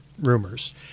rumors